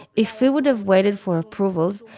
if we would have waited for approvals,